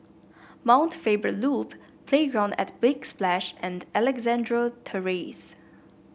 Mount Faber Loop Playground at Big Splash and Alexandra Terrace